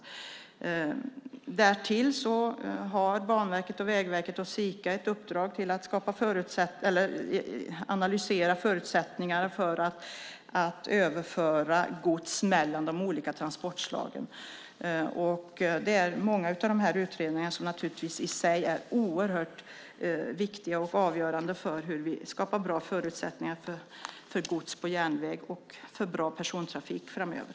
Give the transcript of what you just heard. Därtill har Banverket, Vägverket och Sika ett uppdrag att analysera förutsättningarna att överföra gods mellan de olika transportslagen. Många av dessa utredningar är i sig oerhört viktiga och avgörande för att skapa bra förutsättningar för gods på järnväg och för bra persontrafik framöver.